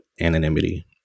anonymity